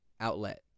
outlet